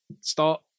start